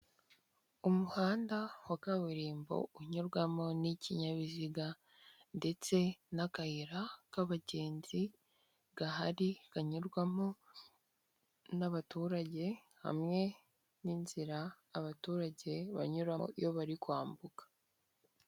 Umuhanda wa kaburimbo unyurwamo n'ikinyabiziga ndetse n'akayira k'abagenzi gahari kanyurwamo n'abaturage hamwe n'inzira abaturage banyuramo iyo bari kwambuka.